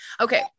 Okay